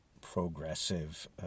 progressive